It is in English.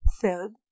Third